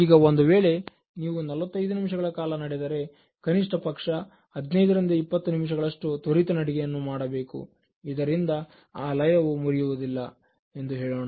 ಈಗ ಒಂದು ವೇಳೆ ನೀವು 45 ನಿಮಿಷಗಳ ಕಾಲ ನಡೆದರೆ ಕನಿಷ್ಠಪಕ್ಷ 15 ರಿಂದ 20 ನಿಮಿಷಗಳಷ್ಟು ತ್ವರಿತ ನಡಿಗೆಯನ್ನು ಮಾಡಬೇಕು ಇದರಿಂದ ಆ ಲಯವು ಮುರಿಯುವುದಿಲ್ಲ ಎಂದು ಹೇಳೋಣ